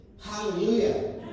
Hallelujah